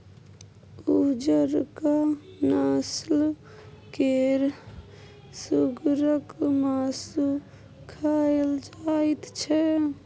उजरका नस्ल केर सुगरक मासु खाएल जाइत छै